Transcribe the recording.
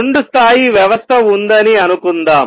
రెండు స్థాయి వ్యవస్థ ఉందని అనుకుందాం